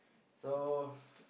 so